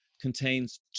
contains